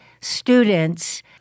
students